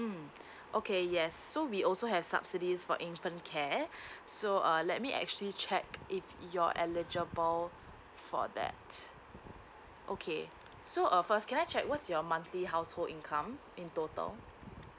mm okay yes so we also have subsidies for infant care so err let me actually check if you're eligible for that okay so err first can I check what's your monthly household income in total